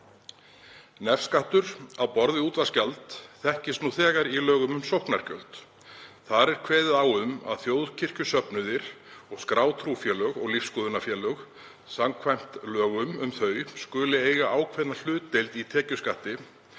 Nefskattur á borð við útvarpsgjald þekkist nú þegar í lögum um sóknargjöld. Þar er kveðið á um að þjóðkirkjusöfnuðir og skráð trúfélög og lífsskoðunarfélög samkvæmt lögum um þau skuli eiga ákveðna hlutdeild í tekjuskatti